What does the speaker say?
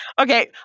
Okay